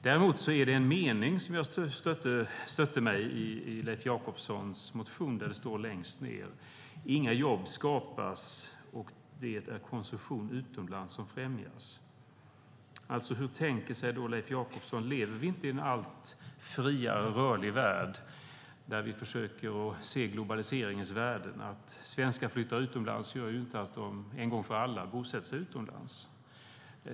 Däremot är det en mening som stötte mig i Leif Jakobssons interpellation. Det står: "Inga jobb skapas och det är konsumtion utomlands som främjas." Hur tänker sig Leif Jakobsson detta? Lever vi inte i en allt friare, rörlig värld där vi försöker se globaliseringens värden? Att svenskar flyttar utomlands gör ju inte att de en gång för alla bosätter sig utomlands.